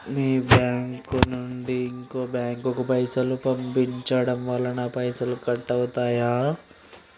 మీ bank నుంచి ఇంకో bank కు పైసలు పంపడం వల్ల పైసలు కట్ అవుతయా?